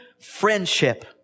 friendship